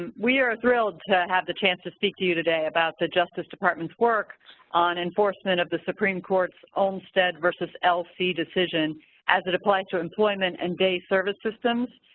and we are thrilled to have the chance to speak to you today about the justice department's work on enforcement of the supreme courts olmstead versus lc decision as applies to employment and day service systems.